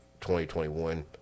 2021